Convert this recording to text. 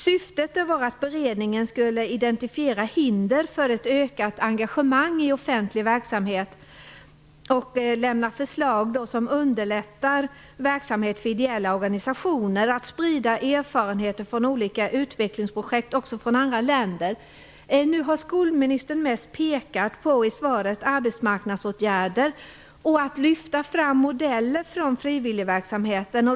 Syftet var att beredningen skulle identifiera hinder för ett ökat engagemang i offentlig verksamhet och lämna förslag som underlättar för ideella organisationer att sprida erfarenheter från olika utvecklingsprojekt från andra länder. Nu har skolministern i svaret mest pekat på arbetsmarknadsåtgärder och lyft fram modeller från frivilligverksamheten.